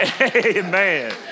amen